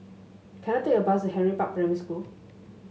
can I take a bus Henry Park Primary School